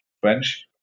French